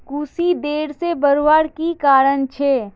कुशी देर से बढ़वार की कारण छे?